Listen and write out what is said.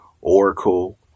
Oracle